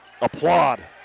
applaud